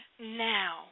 now